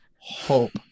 hope